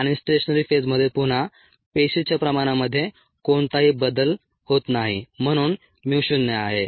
आणि स्टेशनरी फेजमध्ये पुन्हा पेशीच्या प्रमाणामध्ये कोणताही बदल होत नाही म्हणून mu 0 आहे